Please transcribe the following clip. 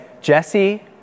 Jesse